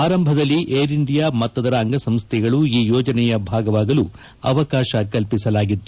ಆರಂಭದಲ್ಲಿ Air India ಮತ್ತದರ ಅಂಗ ಸಂಸ್ಟೆಗಳು ಈ ಯೋಜನೆಯ ಭಾಗವಾಗಲು ಅವಕಾಶ ಕಲ್ಪಿಸಲಾಗಿತ್ತು